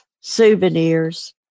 Souvenirs